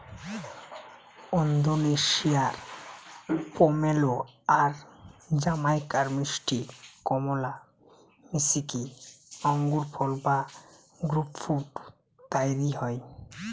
ওন্দোনেশিয়ার pomelo আর জামাইকার মিষ্টি কমলা মিশিকি আঙ্গুরফল বা গ্রেপফ্রূট তইরি হয়